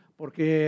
porque